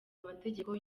amategeko